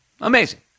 Amazing